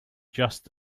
just